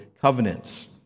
covenants